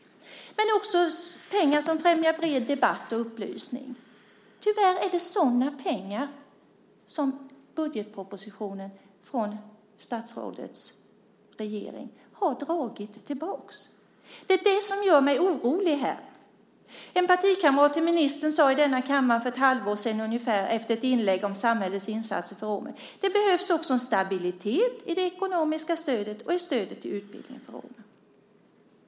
Det rör sig också om pengar som främjar bred debatt och upplysning. Tyvärr är det sådana pengar som budgetpropositionen från statsrådets regering har dragit tillbaka. Det är det som gör mig orolig här. En partikamrat till ministern sade i denna kammare för ett halvår sedan ungefär, efter ett inlägg om samhällets insatser för romer, att det också behövs en stabilitet i det ekonomiska stödet och i stödet till utbildning för romer.